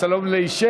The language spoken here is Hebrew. השלום לאישך?